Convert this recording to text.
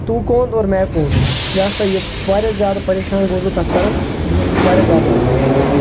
تُو کون اور میں کون یہِ ہسا یہِ واریاہ زیادٕ پَریشان گوٚوُس بہٕ تَتھ پؠٹھ تہٕ بہٕ چھُس وارِیاہ زیادٕ ناخۄش